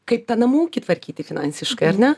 kaip tą namų ūkį tvarkyti finansiškai ar ne